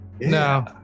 No